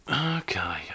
Okay